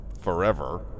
forever